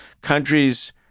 countries